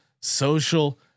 social